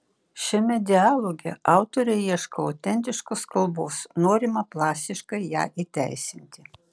šiame dialoge autoriai ieško autentiškos kalbos norima plastiškai ją įteisinti